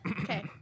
Okay